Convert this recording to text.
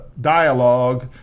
dialogue